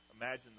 Imagine